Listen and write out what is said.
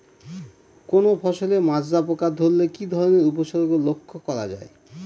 কোনো ফসলে মাজরা পোকা ধরলে কি ধরণের উপসর্গ লক্ষ্য করা যায়?